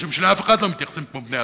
משום שלאף אחד לא מתייחסים כמו לבני-אדם,